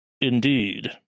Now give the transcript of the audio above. Indeed